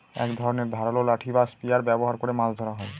এক ধরনের ধারালো লাঠি বা স্পিয়ার ব্যবহার করে মাছ ধরা হয়